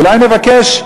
אולי נבקש,